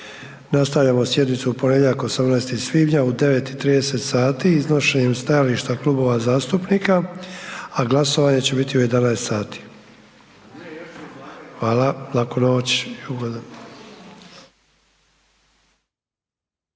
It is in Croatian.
Nastavljamo sjednicu u ponedjeljak, 18. svibnja u 9 i 30 sati iznošenjem stajališta klubova zastupnika a glasovanje će biti u 11 sati. Hvala, laku noć.